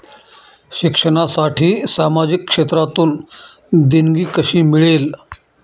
शिक्षणासाठी सामाजिक क्षेत्रातून देणगी कशी मिळेल?